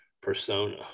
persona